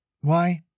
Why